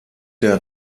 der